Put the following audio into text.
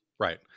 Right